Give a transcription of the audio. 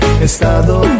estado